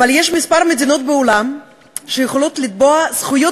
אבל יש כמה מדינות בעולם שיכולות לתבוע זכויות